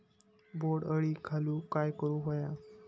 बोंड अळी घालवूक काय करू व्हया?